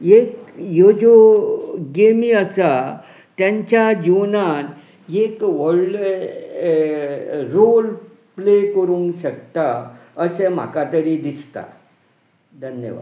एक ह्यो ज्यो गेमी आसा तांच्या जिवनांत एक व्हडलें रोल प्ले करूंक शकता अशें म्हाका तरी दिसता धन्यवाद